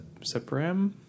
Separam